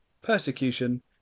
persecution